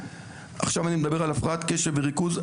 עכשיו אני מדבר על הפרעת קשב וריכוז,